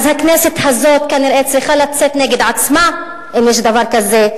אז הכנסת הזאת כנראה צריכה לצאת נגד עצמה אם יש דבר כזה.